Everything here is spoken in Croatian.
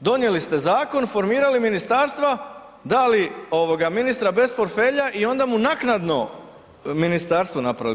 donijeli zakon, formirali ministarstva, dali ministra bez portfelja i onda mu naknadno ministarstvo napravili.